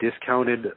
discounted